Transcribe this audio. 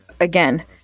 Again